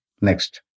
Next